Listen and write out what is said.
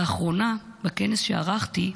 לאחרונה, בכנס שערכתי,